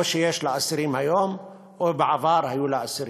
או שיש להן אסירים היום, או שבעבר היו להן אסירים.